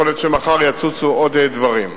יכול להיות שמחר יצוצו עוד דברים.